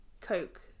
Coke